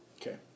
Okay